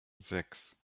sechs